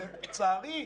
ולצערי,